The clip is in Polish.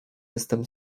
jestem